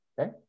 okay